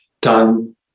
done